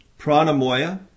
Pranamoya